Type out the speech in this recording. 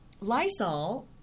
Lysol